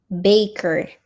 baker